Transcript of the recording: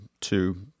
two